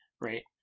right